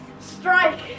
Strike